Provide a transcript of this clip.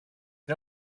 was